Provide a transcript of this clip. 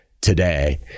today